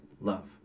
love